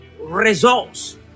results